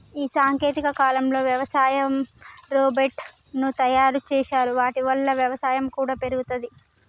ఈ సాంకేతిక కాలంలో వ్యవసాయ రోబోట్ ను తయారు చేశారు వాటి వల్ల వ్యవసాయం కూడా పెరుగుతది